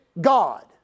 God